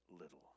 little